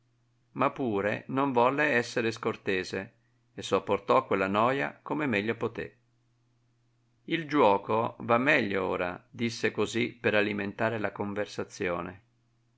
ma pure non volle essere scortese e sopportò quella noja come meglio potè il giuoco va meglio ora disse così per alimentare la conversazione